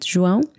João